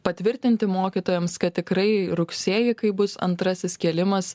patvirtinti mokytojams kad tikrai rugsėjį kai bus antrasis kėlimas